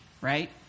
right